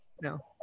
no